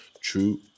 True